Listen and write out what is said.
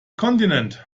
kontinent